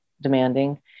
demanding